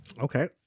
Okay